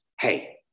hey